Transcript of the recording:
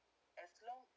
as long